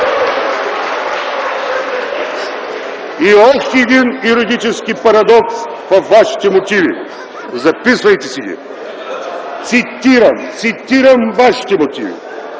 И още един юридически парадокс във вашите мотиви, записвайте си ги! Цитирам, цитирам вашите мотиви: